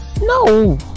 No